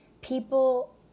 people